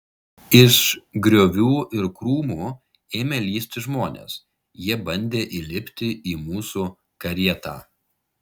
iš griovių ir krūmų ėmė lįsti žmonės jie bandė įlipti į mūsų karietą